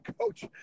coach